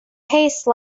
haste